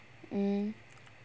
mm